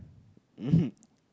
mmhmm